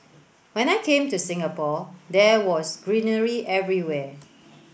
when I came to Singapore there was greenery everywhere